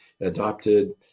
adopted